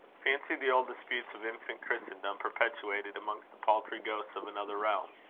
fancy the old disputes of infant christendom perpetuated amongst the paltry ghosts of another realm!